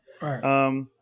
Right